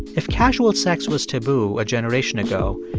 if casual sex was taboo a generation ago,